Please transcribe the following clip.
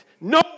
No